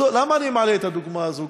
למה אני מעלה את הדוגמה הזאת?